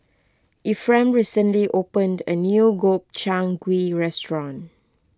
Efrem recently opened a new Gobchang Gui restaurant